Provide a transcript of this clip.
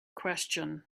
question